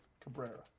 Cabrera